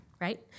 right